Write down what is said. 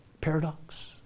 paradox